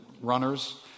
runners